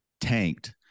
tanked